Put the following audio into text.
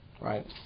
right